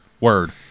Word